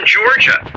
Georgia